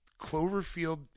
Cloverfield